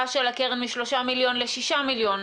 של הקרן משלושה מיליון לשישה מיליון.